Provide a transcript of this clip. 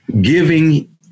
giving